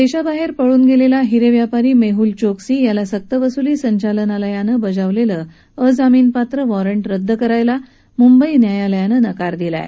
देशाबाहेर पळून गेलेला हिरे व्यापारी मेहूल चोक्सी याला सक्तवसूली संचालनालयानं बजावलेलं अजामीनपात्र वॉरंट रद्द करायला मुंबई न्यायालयानं नकार दिला आहे